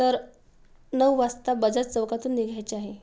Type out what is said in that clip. तर नऊ वाजता बजाज चौकातून निघायचे आहे